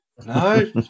No